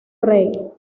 rey